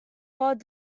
god